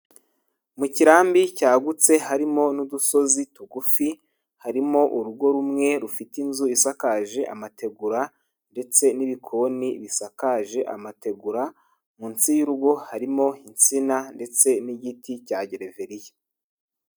Mu kirambi cyagutse harimo n'udusozi tugufi harimo urugo rumwe rufite inzu isakaje amategura ndetse n'ibikoni bisakaje amategura, munsi y'urugo harimo insina ndetse n'igiti cya gereveriya.